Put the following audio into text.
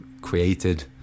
created